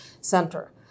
center